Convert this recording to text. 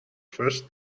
first